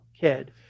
kid